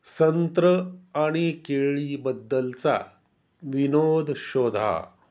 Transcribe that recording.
संत्रं आणि केळीबद्दलचा विनोद शोधा